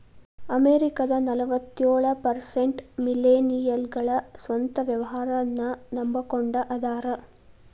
ಅಮೆರಿಕದ ನಲವತ್ಯೊಳ ಪರ್ಸೆಂಟ್ ಮಿಲೇನಿಯಲ್ಗಳ ಸ್ವಂತ ವ್ಯವಹಾರನ್ನ ನಂಬಕೊಂಡ ಅದಾರ